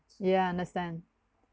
yeah understand